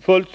fallet.